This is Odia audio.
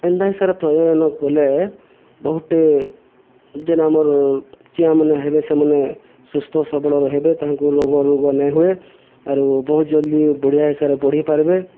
ଏନ୍ତା ହିସାବରେ ପ୍ରଜନନ କଲେ ବହୁତଟେ ଯେନ୍ ଆମର ଚିଆଁମାନେ ହେବେ ସେମାନେ ସୁସ୍ଥ ସବଳରେ ହେବେ ତାଙ୍କୁ ରୋଗ ରୋଗ ନାଇଁ ହୁଏ ଆରୁ ବହୁତ ଜଲ୍ଦି ବଢ଼ିଆ ହିସାବରେ ବଢ଼ି ପାରିବେ